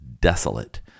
desolate